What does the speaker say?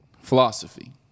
Philosophy